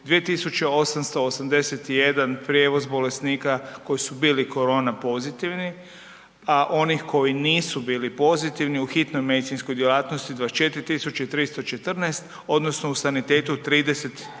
2.881 prijevoz bolesnika koji su bili korona pozitivni, a onih koji nisu bili pozitivni u hitnoj medicinskoj djelatnosti 24.314 odnosno u sanitetu